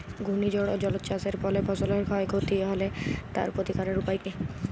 ঘূর্ণিঝড় ও জলোচ্ছ্বাস এর ফলে ফসলের ক্ষয় ক্ষতি হলে তার প্রতিকারের উপায় কী?